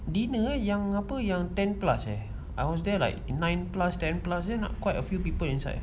dinner yang apa yang ten plus leh I was there like nine plus ten plus then quite a few people inside